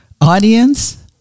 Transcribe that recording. Audience